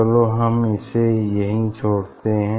चलो हम इसे यही छोड़ते हैं